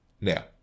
Now